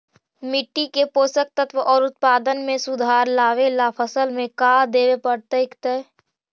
मिट्टी के पोषक तत्त्व और उत्पादन में सुधार लावे ला फसल में का देबे पड़तै तै?